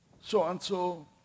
so-and-so